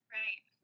right